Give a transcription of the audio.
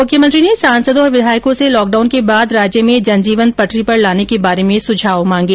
मुख्यमंत्री ने सांसदों और विधायकों से लॉकडाउन के बाद राज्य में जनजीवन पटरी पर लाने के बारे में सुझाव मांगे